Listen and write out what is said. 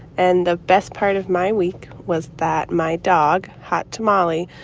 and the best part of my week was that my dog, hot tamale,